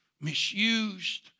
misused